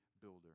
builder